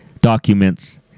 documents